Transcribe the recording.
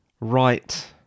right